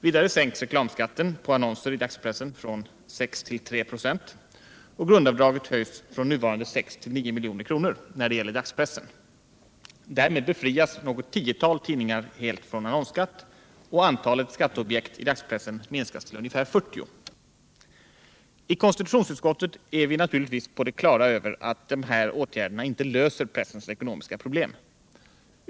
Vidare sänks reklamskatten på annonser i dagspressen från 6 till , och grundavdraget höjs från nuvarande 6 till 9 milj.kr. när det gäller dagspressen. Därmed befrias något tiotal tidningar helt från annonsskatt och antalet skatteobjekt i dagspressen minskas till ungefär 40. I konstitutionsutskottet är vi naturligtvis på det klara med att de här åtgärderna inte löser pressens ekonomiska problem.